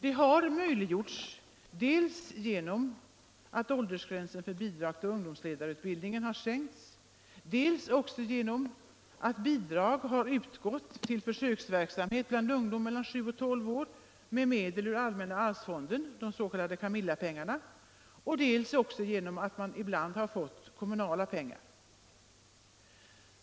Detta har möjliggjorts dels genom att åldersgränsen för bidrag till ungdomsledarutbildningen har sänkts, dels genom att bidrag utgått till försöksverksamhet bland ungdom mellan 7 och 12 år med medel ur allmänna arvsfonden, de s.k. Camillapengarna, dels också genom att kommunala pengar ibland har anslagits.